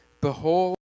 behold